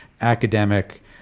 academic